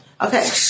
Okay